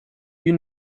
you